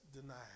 denied